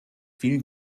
viel